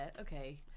okay